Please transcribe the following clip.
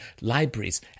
libraries